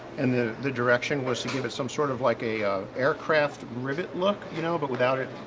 and the the direction was to give it some sort of like a aircraft rivet look. you know but without it